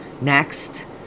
Next